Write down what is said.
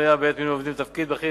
פנויה בעת מינוי עובדים לתפקיד בכיר.